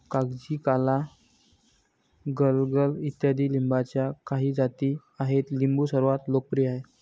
कागजी, काला, गलगल इत्यादी लिंबाच्या काही जाती आहेत लिंबू सर्वात लोकप्रिय आहे